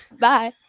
bye